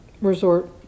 Resort